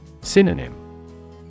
Synonym